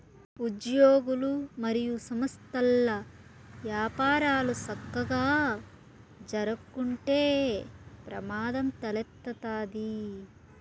ఉజ్యోగులు, మరియు సంస్థల్ల యపారాలు సక్కగా జరక్కుంటే ప్రమాదం తలెత్తతాది